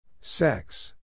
Sex